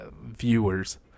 viewers